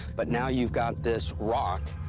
but now you've got this rock.